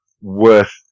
worth